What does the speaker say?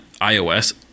ios